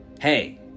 Hey